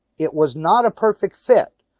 it was not a perfect fit.